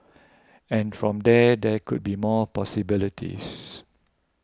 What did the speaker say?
and from there there could be more possibilities